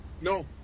no